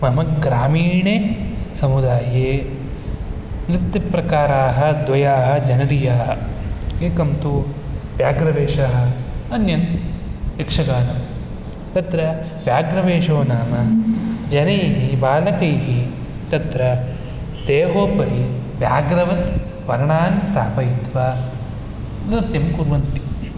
मम ग्रामीणे समुदाये नृत्यप्रकाराः द्वयाः जनरियाः एकं तु व्याघ्रवेषः अन्यं यक्षगानं तत्र व्याघ्रवेषो नाम जनैः बालकैः तत्र देहोपरि व्याघ्रवत् वर्णान् स्थापयित्वा नृत्यं कुर्वन्ति